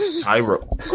tyro